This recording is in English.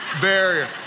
barrier